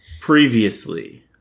Previously